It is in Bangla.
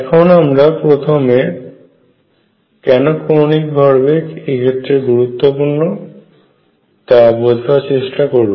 এখন আমরা প্রথমে কেন কৌণিক ভরবেগ এ ক্ষেত্রে গুরুত্বপূর্ণ তা বোঝবার চেষ্টা করব